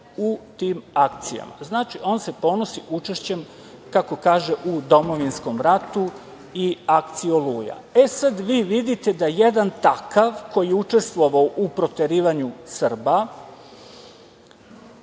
u tim akcijama. Znači, on se ponosi učešćem, kako kaže, u domovinskom ratu i akciji „Oluja“.E sad, vi vidite da jedan takav, koji je učestvovao u proterivanju Srba,